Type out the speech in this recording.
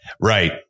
Right